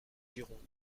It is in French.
gironde